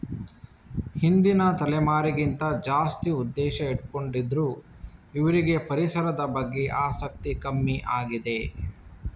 ಹಿಂದಿನ ತಲೆಮಾರಿಗಿಂತ ಜಾಸ್ತಿ ಉದ್ದೇಶ ಇಟ್ಕೊಂಡಿದ್ರು ಇವ್ರಿಗೆ ಪರಿಸರದ ಬಗ್ಗೆ ಆಸಕ್ತಿ ಕಮ್ಮಿ ಆಗಿದೆ